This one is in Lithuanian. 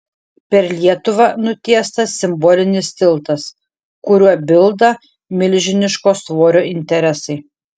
per lietuvą nutiestas simbolinis tiltas kuriuo bilda milžiniško svorio interesai